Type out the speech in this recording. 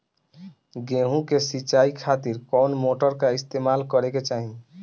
गेहूं के सिंचाई खातिर कौन मोटर का इस्तेमाल करे के चाहीं?